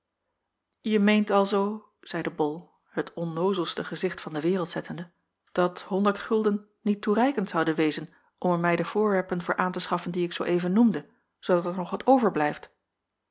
je meent alzoo zeide bol het onnoozelste gezicht van de wereld zettende dat honderd gulden niet toereikend zouden wezen om er mij de voorwerpen voor aan te schaffen die ik zoo even noemde zoodat er nog wat overblijft